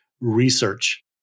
research